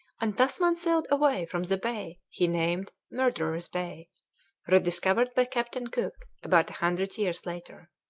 and tasman sailed away from the bay he named murderer's bay rediscovered by captain cook about a hundred years later.